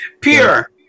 pure